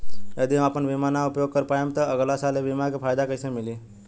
यदि हम आपन बीमा ना उपयोग कर पाएम त अगलासाल ए बीमा के फाइदा कइसे मिली?